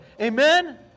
amen